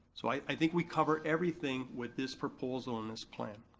so i think we cover everything with this proposal and this plan,